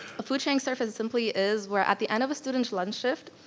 a food sharing service simply is where, at the end of a student's lunch shift,